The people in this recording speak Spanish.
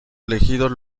elegidos